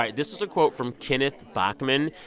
like this was a quote from kenneth bachman.